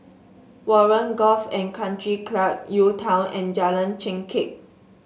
Warren Golf and Country Club UTown and Jalan Chengkek